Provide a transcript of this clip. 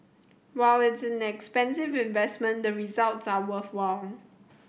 while it's an expensive investment the results are worthwhile